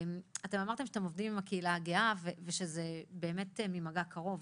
אמרתם שאתם עובדים עם הקהילה הגאה ושזה קורה ממגע קרוב,